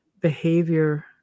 behavior